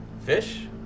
Fish